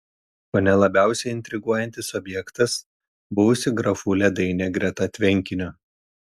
kone labiausiai intriguojantis objektas buvusi grafų ledainė greta tvenkinio